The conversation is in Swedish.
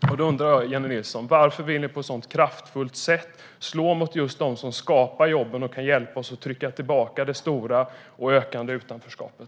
Jag undrar därför, Jennie Nilsson: Varför vill ni på ett så kraftfullt sätt slå mot just dem som skapar jobben och kan hjälpa oss att trycka tillbaka det stora och ökande utanförskapet?